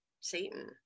Satan